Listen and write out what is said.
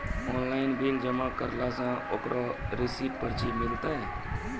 Online bill जमा करला से ओकरौ रिसीव पर्ची मिलतै?